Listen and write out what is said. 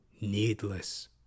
needless